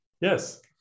Yes